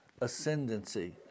ascendancy